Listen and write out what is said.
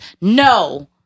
No